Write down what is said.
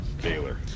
Baylor